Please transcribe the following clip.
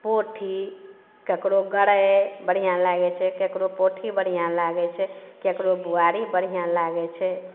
पोठी केकरो गरै बढ़िआँ लागै छै केकरो पोठी बढ़िआँ लागै छै केकरो बुआरी बढ़िआँ लागै छै